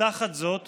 ותחת זאת